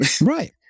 right